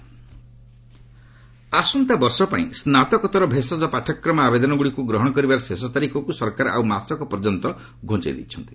ଗଭ୍ medical ଆସନ୍ତା ବର୍ଷ ପାଇଁ ସ୍ନାତକଭୋର ଭେଷଜ ପାଠ୍ୟକ୍ରମ ଆବେଦନଗୁଡ଼ିକୁ ଗ୍ରହଣ କରିବାର ଶେଷ ତାରିଖକୁ ସରକାର ଆଉ ମାସକ ପର୍ଯ୍ୟନ୍ତ ଘୁଞ୍ଚାଇ ଦେଇଛନ୍ତି